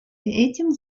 этим